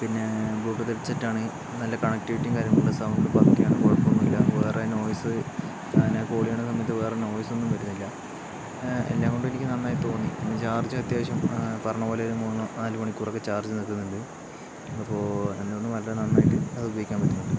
പിന്നെ bluetooth head സെറ്റാണ് നല്ല കണക്റ്റിവിറ്റി കാര്യങ്ങളുണ്ട് സൗണ്ട് പക്കയാണ് കുഴപ്പമൊന്നുമില്ല വേറെ നോയിസ് പിന്നെ കോൾ ചെയ്യണ സമയത്ത് വേറെ നോയിസ് ഒന്നും വരുന്നില്ല എല്ലാം കൊണ്ടും എനിക്ക് നന്നായി തോന്നി പിന്നെ ചാർജും അത്യാവശ്യം പറഞ്ഞപോലെ ഒരു മൂന്ന് നാല് മണിക്കൂർ ഒക്കെ ചാർജ് നില്കുന്നുണ്ട് അപ്പോൾ എന്തുകൊണ്ടും വളരെ നന്നായിട്ട് അത് ഉപയോഗിക്കാൻ പറ്റുന്നുണ്ട്